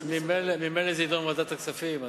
ממילא זה יידון בוועדת הכספים.